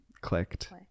Clicked